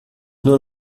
nur